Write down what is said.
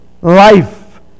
life